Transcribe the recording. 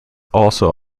also